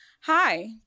Hi